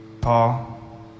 Paul